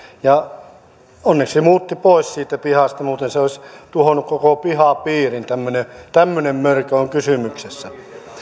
onneksi muutti pois siitä pihasta muuten se olisi tuhonnut koko pihapiirin tämmöinen tämmöinen mörkö on kysymyksessä